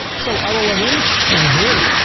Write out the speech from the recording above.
so i will log in over here